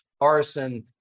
arson